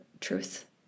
truth